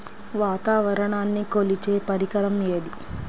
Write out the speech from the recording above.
వాతావరణాన్ని కొలిచే పరికరం ఏది?